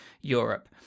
Europe